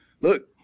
look